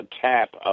Tap